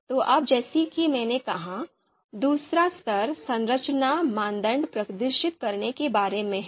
तो अब जैसा कि मैंने कहा दूसरा स्तर संरचना मानदंड प्रदर्शित करने के बारे में है